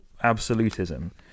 absolutism